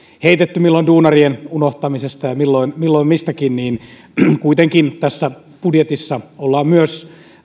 heitetty milloin duunarien unohtamisesta ja milloin milloin mistäkin että kuitenkin budjetissa ollaan myös